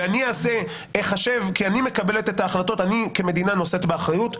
וכיוון שאני מקבלת את ההחלטות אני כמדינה נושאת באחריות.